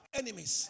enemies